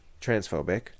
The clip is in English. transphobic